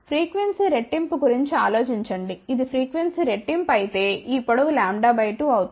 frequency రెట్టింపు గురించి ఆలోచించండి ఇది ఫ్రీక్వెన్సీ రెట్టింపు అయితే ఈ పొడవు λ 2 అవుతుంది